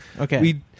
okay